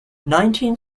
nineteen